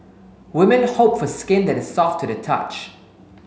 women hope for skin that is soft to the touch